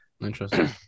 Interesting